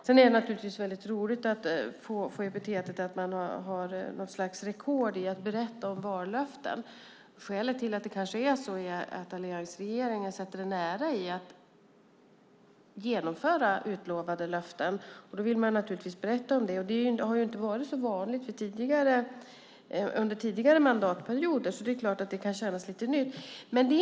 Sedan är det naturligtvis väldigt roligt att få epitet som något slags rekordhållare i att berätta om vallöften. Skälet till det kanske är att alliansregeringen sätter en ära i att genomföra utlovade löften, och då vill man naturligtvis berätta om det. Det har ju inte varit så vanligt under tidigare mandatperioder, så det är klart att det kan kännas lite nytt.